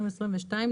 2022,